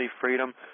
freedom